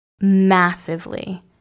massively